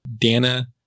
Dana